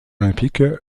olympique